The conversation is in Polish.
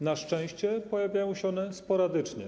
Na szczęście pojawiają się one sporadycznie.